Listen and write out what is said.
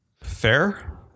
fair